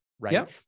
right